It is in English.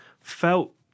felt